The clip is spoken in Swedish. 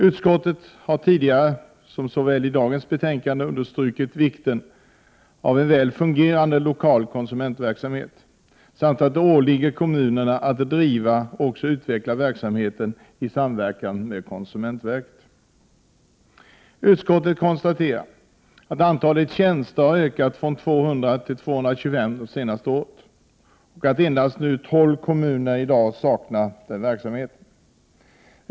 Utskottet har såväl tidigare som i dagens betänkande understrukit vikten av en väl fungerande lokal konsumentverksamhet samt att det åligger kommunerna att driva och utveckla verksamheten i samverkan med konsumentverket. Utskottet konstaterar att antalet tjänster har ökat från 200 till 225 under det senaste året och att endast 12 kommuner i dag saknar verksamhet.